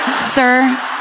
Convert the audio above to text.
Sir